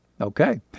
Okay